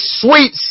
sweet